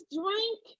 drink